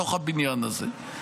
בתוך הבניין הזה.